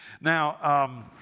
Now